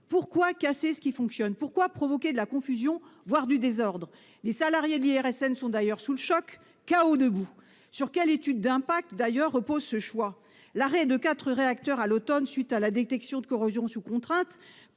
Pourquoi casser ce qui fonctionne ? Pourquoi créer de la confusion, voire du désordre ? Les salariés de l'IRSN sont d'ailleurs sous le choc, KO debout. Sur quelle étude d'impact repose ce choix ? L'arrêt de quatre réacteurs à l'automne, à la suite de la détection de problèmes de corrosion sous contrainte,